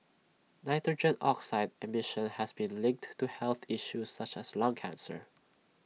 nitrogen oxide emission has been linked to health issues such as lung cancer